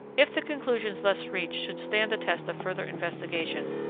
if the conclusions thus reached should stand the test of further investigation,